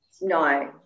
No